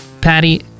Patty